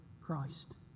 Christ